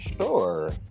Sure